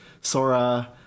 sora